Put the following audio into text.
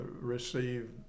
receive